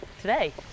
today